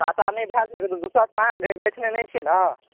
साटा नहि भए सकै छै दोसराठाम अहाँ गछि लेने छिए ने